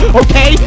okay